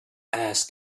asked